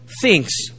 thinks